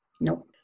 Nope